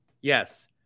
Yes